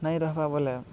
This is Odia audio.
ନାଇଁ ରଖ୍ବା ବୋଲେ